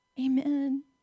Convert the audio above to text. amen